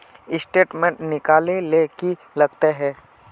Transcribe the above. Statement निकले ले की लगते है?